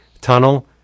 tunnel